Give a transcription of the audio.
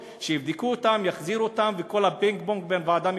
שיבדקו אותן יחזירו אותן וכל הפינג-פונג בין ועדה מקומית,